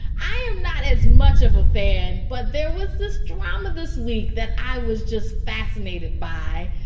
i am not as much of a fan, but there was this drama this week that i was just fascinated by.